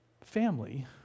family